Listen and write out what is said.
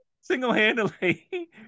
Single-handedly